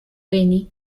penny